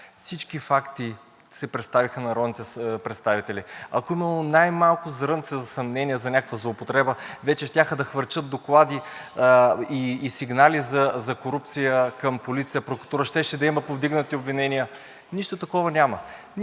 Всички факти се представиха на народните представители. Ако е имало най-малко зрънце съмнение за някаква злоупотреба, вече щяха да хвърчат доклади и сигнали за корупция към полиция, прокуратура, щеше да има повдигнати обвинения. Нищо такова няма.